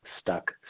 stuck